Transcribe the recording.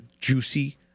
juicy